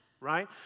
right